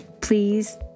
please